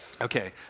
Okay